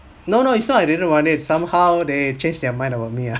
no no it's not I didn't want it somehow they change their mind about me ah